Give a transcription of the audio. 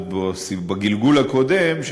בגלגול הקודם,